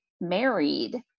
married